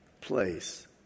place